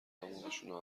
دماغشونو